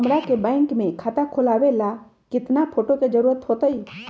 हमरा के बैंक में खाता खोलबाबे ला केतना फोटो के जरूरत होतई?